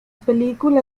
película